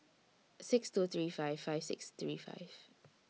six two three five five six three five